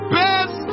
best